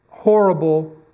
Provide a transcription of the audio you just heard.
Horrible